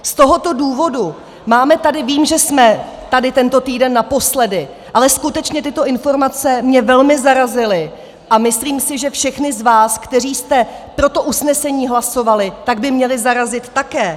Z tohoto důvodu máme vím, že jsme tady tento týden naposledy, ale skutečně tyto informace mě velmi zarazily a myslím si, že všechny z vás, kteří jste pro to usnesení hlasovali, by měly zarazit také.